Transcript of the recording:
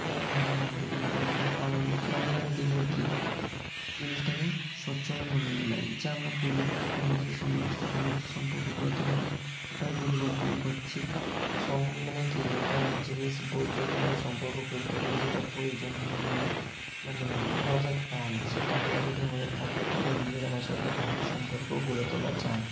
কেয়ারলি ভাবে না দিলেও চলবে কারণ কেয়ারলি ভাবে দিলে কি জিনিসটাকে স্বচ্ছভাবে মনে যা আমরা প্রযুক্তি একটা অন্যদের সাথে সংযোগ স্থাপন করছি সম্পর্ক গড়ে তোলার উপায় পরিবর্তন করছি সং মানে কি একটা জিনিস বলতে গেলে বা সম্পর্ক করতে গেলে যেটা প্রয়োজন মেনলি মানে ভালোবাসার টান সেই টানটা যদি আমাদের থাকে থালে এমনি এরা মানুষের সাথে ভালো সম্পর্ক গড়ে তোলা যায়